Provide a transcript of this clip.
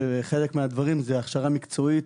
חלק מהדברים זה הכשרה מקצועית,